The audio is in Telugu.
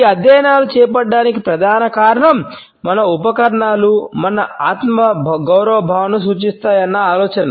ఈ అధ్యయనాలు చేపట్టడానికి ప్రధాన కారణం మన ఉపకరణాలు మన ఆత్మగౌరవ భావనను సూచిస్తాయి అన్న ఆలోచన